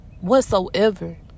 whatsoever